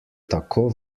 tako